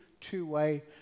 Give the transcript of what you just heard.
two-way